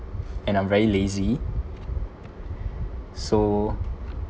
and I'm very lazy so